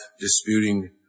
disputing